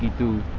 to